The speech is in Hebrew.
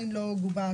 אבל אין בו שוליים,